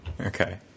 Okay